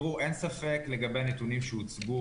אין ספק לגבי הנתונים שהוצגו.